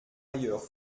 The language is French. ailleurs